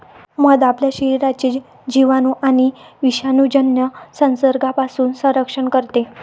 मध आपल्या शरीराचे जिवाणू आणि विषाणूजन्य संसर्गापासून संरक्षण करते